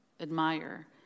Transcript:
admire